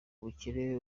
ubukire